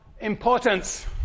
importance